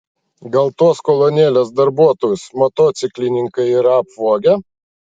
gal tuos kolonėlės darbuotojus motociklininkai yra apvogę